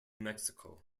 mexico